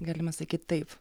galima sakyt taip